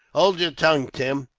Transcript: hold your tongue, tim,